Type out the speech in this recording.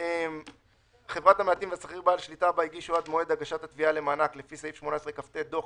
הם יכולים גם ככה.